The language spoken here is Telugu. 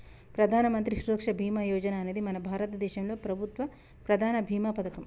ప్రధానమంత్రి సురక్ష బీమా యోజన అనేది మన భారతదేశంలో ప్రభుత్వ ప్రధాన భీమా పథకం